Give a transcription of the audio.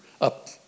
up